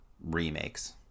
remakes